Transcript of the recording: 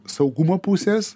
saugumo pusės